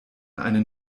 einen